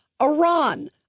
Iran